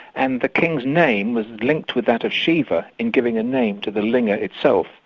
and the king's name was linked with that of shiva in giving a name to the linga itself.